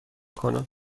کنم